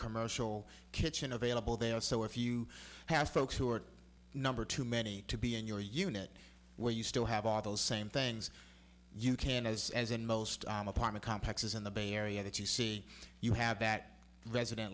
commercial kitchen available there so if you have folks who are number too many to be in your unit where you still have all those same things you can as as in most complexes in the bay area that you see you have that resident